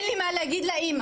אין לי מה להגיד לאימא.